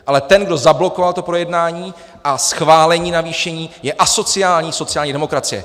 Ale ten, kdo zablokoval to projednání a schválení navýšení, je asociální sociální demokracie.